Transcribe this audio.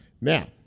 Now